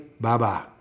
Bye-bye